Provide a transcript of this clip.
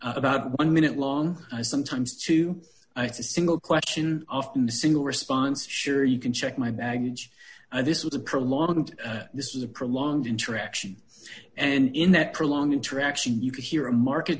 about one minute long sometimes two single question often a single response sure you can check my baggage this was a prolonged this was a prolonged interaction and in that prolonged interaction you could hear a market